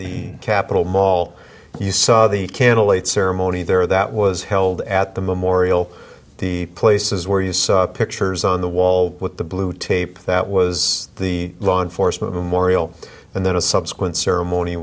the capitol mall you saw the candlelight ceremony there that was held at the memorial the places where you saw pictures on the wall with the blue tape that was the law enforcement morial and then a subsequent sermon